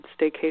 staycation